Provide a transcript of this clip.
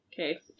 Okay